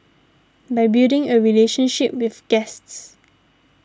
by building a relationship with guests